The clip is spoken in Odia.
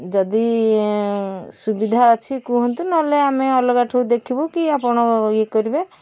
ଯଦି ସୁବିଧା ଅଛି କୁହନ୍ତୁ ନହେଲେ ଆମେ ଅଲଗା ଠୁଁ ଦେଖିବୁ ଆଉ କି ଆପଣ ୟେ କରିବେ